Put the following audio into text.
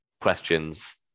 questions